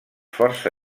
força